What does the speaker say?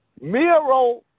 Miro